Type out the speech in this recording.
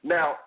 Now